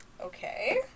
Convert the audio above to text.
okay